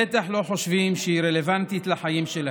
בטח לא חושבים שהיא רלוונטית לחיים שלהם.